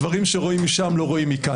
דברים שרואים משם לא רואים מכאן.